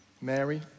Mary